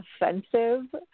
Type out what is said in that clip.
offensive